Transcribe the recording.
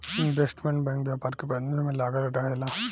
investment bank व्यापार के प्रबंधन में लागल रहेला